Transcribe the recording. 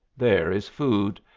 there is food.